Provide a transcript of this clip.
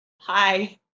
Hi